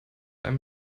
einem